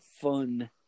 fun